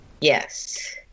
yes